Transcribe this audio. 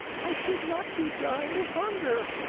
i should not be dying of hunger.